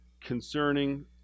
Concerning